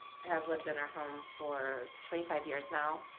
have lived in our home for twenty five years now.